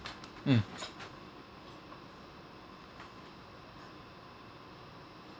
mm